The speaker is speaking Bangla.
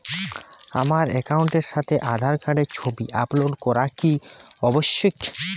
আমার অ্যাকাউন্টের সাথে আধার কার্ডের ছবি আপলোড করা কি আবশ্যিক?